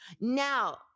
Now